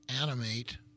animate